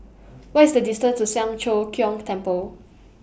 What IS The distance to Siang Cho Keong Temple